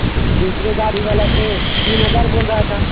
یہ دوسری گاڑی والا تو تین ہزار بول رہا تھا